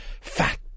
fat